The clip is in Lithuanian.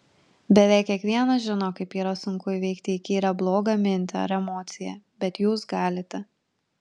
beveik kiekvienas žino kaip yra sunku įveikti įkyrią blogą mintį ar emociją bet jūs galite